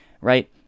right